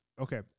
Okay